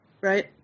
right